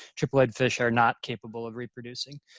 triploid fish are not capable of reproducing.